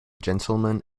gentleman